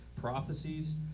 prophecies